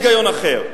כי אין היגיון אחר.